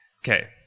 Okay